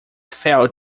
failed